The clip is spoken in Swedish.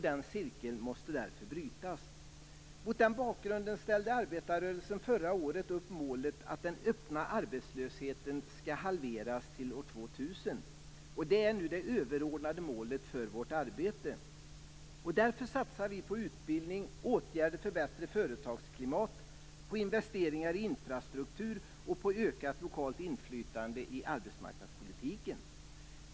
Den cirkeln måste därför brytas. Mot den bakgrunden ställde arbetarrörelsen förra året upp målet att den öppna arbetslösheten skall halveras till år 2000. Det är nu det överordnade målet för vårt arbete. Därför satsar vi på utbildning, åtgärder för bättre företagsklimat, på investeringar i infrastruktur och på ökat lokalt inflytande i arbetsmarknadspolitiken.